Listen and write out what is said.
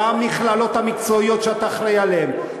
במכללות המקצועיות שאתה אחראי עליהן,